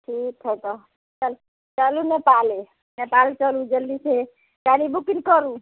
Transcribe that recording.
ठीक है तऽ चलु चलु नेपाले नेपाल चलु जल्दी से चलु गाड़ी बुकिङ्ग करू